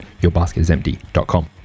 yourbasketisempty.com